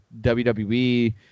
WWE